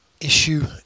issue